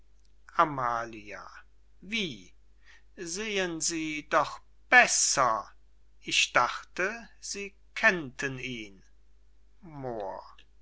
amalia wie sehen sie doch besser ich dachte sie kennten ihn moor